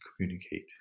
communicate